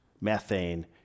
methane